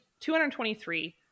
223